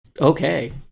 Okay